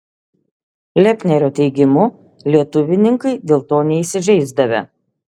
lepnerio teigimu lietuvininkai dėl to neįsižeisdavę